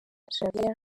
javier